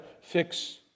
fix